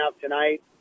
tonight